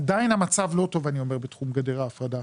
עדיין המצב לא טוב בתחום גדר ההפרדה,